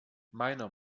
meiner